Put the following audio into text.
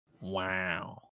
Wow